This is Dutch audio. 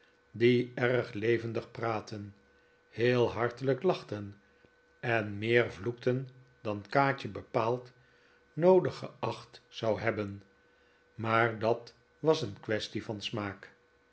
die erg levendig praatten heel hartelijk lachten en meer vloekten dan kaatje bepaald noodig geacht zou hebben maar dat was een quaestie van smaak